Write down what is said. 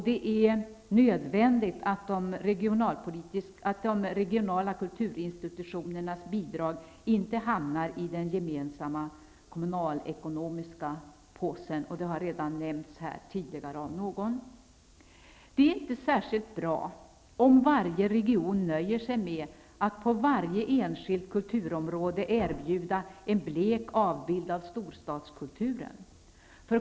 Det är nödvändigt att de regionala kulturinstitutionernas bidrag inte hamnar i den gemensamma kommunalekonomiska påsen. Det har redan nämnts tidigare av någon. Det är inte särskilt bra om varje region nöjer sig med att på varje enskilt kulturområde erbjuda en blek avbild av storstadskulturen.